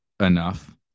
enough